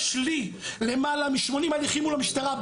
יש לי למעלה מ-80 הליכים מול המשטרה.